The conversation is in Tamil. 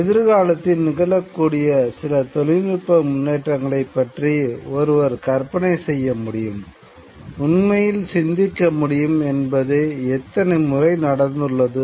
எதிர்காலத்தில் நிகழக் கூடிய சில தொழில்நுட்ப முன்னேற்றங்களைப் பற்றி ஒருவர் கற்பனை செய்ய முடியும் உண்மையில் சிந்திக்க முடியும் என்பது எத்தனை முறை நடந்துள்ளது